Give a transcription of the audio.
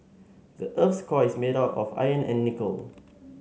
the earth's core is made of iron and nickel